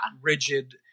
rigid